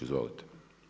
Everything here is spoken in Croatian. Izvolite.